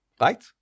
Right